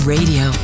Radio